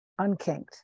unkinked